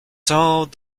tant